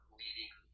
leading